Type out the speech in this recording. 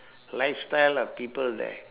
lifestyle of people there